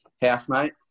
housemate